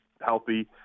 healthy